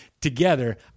together